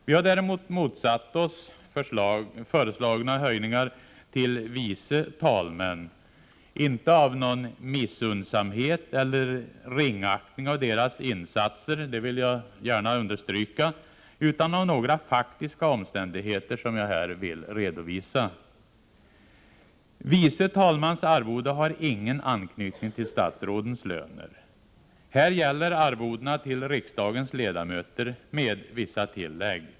Vi har däremot motsatt oss de föreslagna höjningarna till vice talmännen. Det sker inte av någon missunnsamhet eller ringaktning av deras insatser — det vill jag understryka — utan grundar sig på några faktiska omständigheter som jag vill redovisa. Vice talmäns arvode har ingen ankytning till statsrådens löner. Här gäller arvodena till riksdagens ledamöter med vissa tillägg.